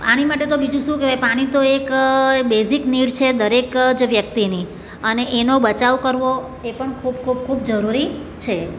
પાણી માટે તો બીજું શું કહેવાય પાણી તો એક બેઝિક નીડ છે દરેક જ વ્યક્તિની અને એનો બચાવ કરવો એ પણ ખૂબ ખૂબ ખૂબ જરૂરી છે